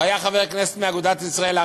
והיה חבר כנסת מאגודת ישראל,